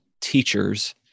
teachers